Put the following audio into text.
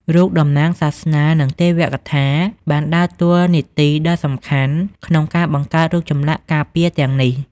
រូបតំណាងសាសនា និងទេវកថាបានដើរតួនាទីដ៏សំខាន់ក្នុងការបង្កើតរូបចម្លាក់ការពារទាំងនេះ។